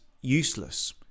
useless